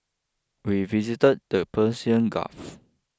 we visited the Persian Gulf